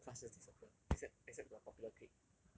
then my whole class just disappear except except the popular clique